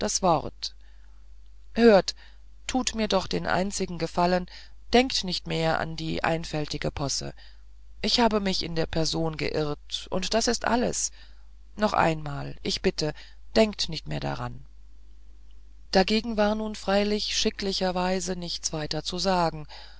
wort hört tut mir doch den einzigen gefallen denkt nicht mehr an die einfältige posse ich habe mich in der person geirrt und das ist alles noch einmal ich bitte denkt nicht mehr daran dagegen war nun freilich schicklicherweise nichts weiter zu sagen